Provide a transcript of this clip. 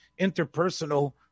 interpersonal